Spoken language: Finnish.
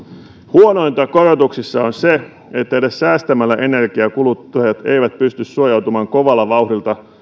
huonointa korotuksissa on se että edes säästämällä energiaa kuluttajat eivät pysty suojautumaan kovalla vauhdilla